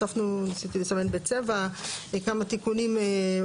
הוספנו בצבע כמה תיקונים,